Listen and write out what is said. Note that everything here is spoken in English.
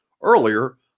earlier